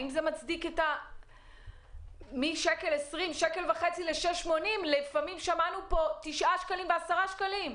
האם זה מצדיק את ההבדל בין 1.50 ל-6.80 ולפעמים גם תשעה ועשרה שקלים?